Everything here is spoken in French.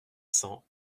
cent